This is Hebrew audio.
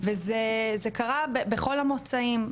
וזה קרה בכל המוצאים,